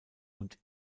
und